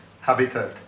habitat